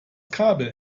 kabel